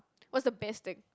what's the best thing